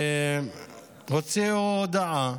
והוציאו הודעה